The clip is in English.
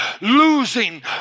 losing